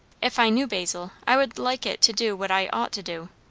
if i knew, basil, i would like it to do what i ought to do.